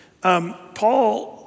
Paul